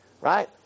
right